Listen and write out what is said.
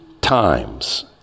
times